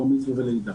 בר מצווה ולידה.